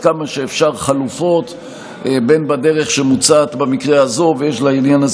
כמה שאפשר בין בדרך שמוצעת במקרה הזה ובין,